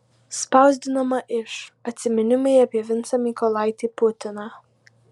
spausdinama iš atsiminimai apie vincą mykolaitį putiną